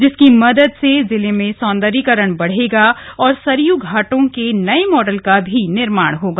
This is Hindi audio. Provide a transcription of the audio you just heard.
जिसकी मदद से जिले में सौन्दर्यीकरण और सरयू घाटों के नये मॉडल का भी निर्माण होगा